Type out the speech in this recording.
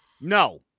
No